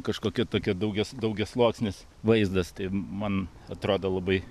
kažkokia tokia daugias daugiasluoksnis vaizdas tai man atrodo labai